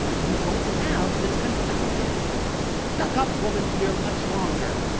you won't have this confounded stuck-up woman here much longer.